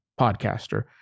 podcaster